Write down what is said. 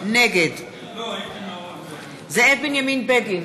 נגד זאב בנימין בגין,